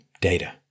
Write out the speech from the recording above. data